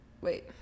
wait